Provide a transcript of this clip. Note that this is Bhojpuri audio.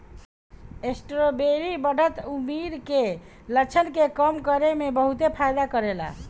स्ट्राबेरी बढ़त उमिर के लक्षण के कम करे में बहुते फायदा करेला